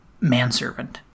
manservant